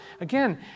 Again